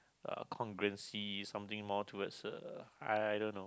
uh congruency something more towards uh I don't know